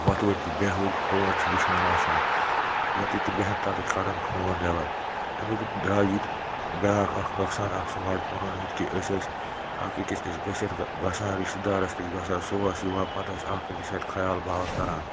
وۄتھٕوٕنۍ تہٕ بیٚہوٕنۍ فون چھِ وٕچھان آسان ییٚتٮ۪تھ بیٚہَن تَتٮ۪تھ کَڑان فون نیٚبَر اَمیُک درٛاو ییٚتہِ بیٛاکھ اَکھ نۄقصان اَکھ سٕماٹ فونَن ہُنٛد کہِ أسۍ ٲسۍ اَکھ أکِس نِش گٔژھِتھ گژھان رِشتہٕ دارَس نِش گژھان سُہ اوس یِوان پَتہٕ اَسہِ اَکھ أکِس سۭتۍ خیال باوَتھ کَران